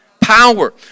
power